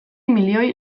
milioi